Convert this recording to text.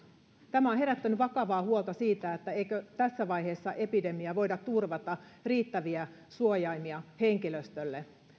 tämä on herättänyt vakavaa huolta siitä että eikö tässä vaiheessa epidemiaa voida turvata riittäviä suojaimia henkilöstölle